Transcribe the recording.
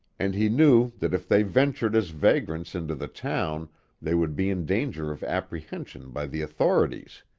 and he knew that if they ventured as vagrants into the town they would be in danger of apprehension by the authorities.